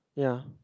ya